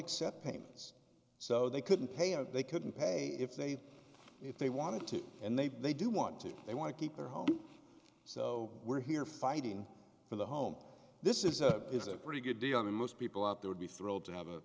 except payments so they couldn't pay or they couldn't pay if they if they wanted to and they they do want to they want to keep their home so we're here fighting for the home this is a is a pretty good deal i mean most people out there would be thrilled to have a